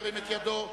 סעיף 33,